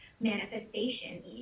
manifestation